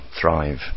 thrive